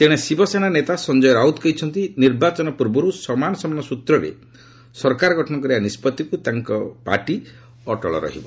ତେଣେ ଶିବସେନା ନେତା ସଞ୍ଜୟ ରାଉତ କହିଛନ୍ତି ନିର୍ବାଚନ ପ୍ରର୍ବର୍ ସମାନ ସମାନ ସୂତ୍ରରେ ସରକାର ଗଠନ କରିବା ନିଷ୍ପଭିକୁ ତାଙ୍କ ପାର୍ଟି ଅଟଳ ରହିବ